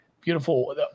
beautiful